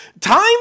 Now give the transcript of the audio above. time